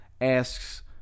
asks